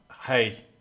Hey